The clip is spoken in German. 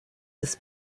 des